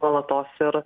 nuolatos ir